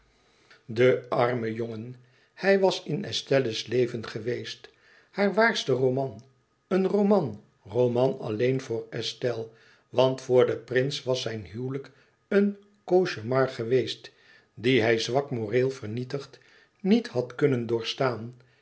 de arme jongen hij was in estelle's leven geweest haar waarste roman een roman roman alleen voor estelle want voor den prins was zijn huwelijk een cauchemar geweest die hij zwak moreel vernietigd niet had kunnen doorstaan